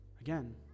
again